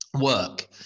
work